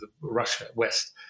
Russia-West